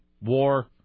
war